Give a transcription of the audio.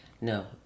No